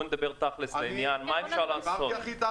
בוא נדבר תכלס לעניין מה אפשר לעשות.